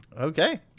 Okay